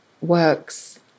works